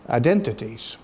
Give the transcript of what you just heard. identities